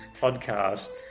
podcast